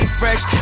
fresh